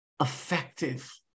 effective